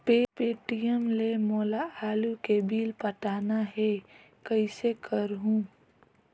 Paytm ले मोला आलू के बिल पटाना हे, कइसे करहुँ?